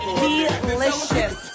delicious